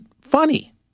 funny